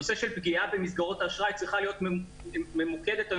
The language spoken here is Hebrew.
נושא של פגיעה במסגרות האשראי צריך להיות ממוקד היום